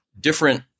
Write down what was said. different